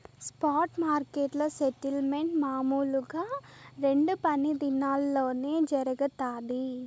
spot మార్కెట్ల settlement మామూలుగా రెండు పని దినాల్లోనే జరగతాది